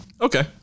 okay